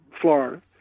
Florida